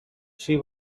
she